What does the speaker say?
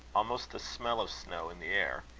almost a smell of snow in the air,